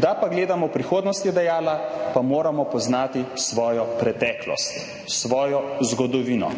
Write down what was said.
da pa gledamo v prihodnost, je dejala, pa moramo poznati svojo preteklost, svojo zgodovino.